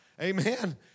amen